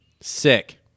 Sick